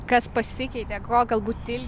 kas pasikeitė ko galbūt il